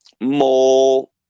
more